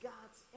God's